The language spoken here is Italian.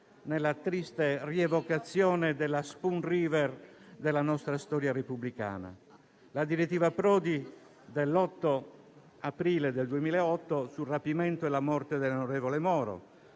nella triste rievocazione della Spoon River della nostra storia repubblicana: la direttiva Prodi dell'8 aprile 2008 sul rapimento e sulla morte dell'onorevole Moro;